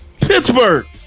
Pittsburgh